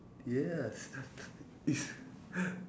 yes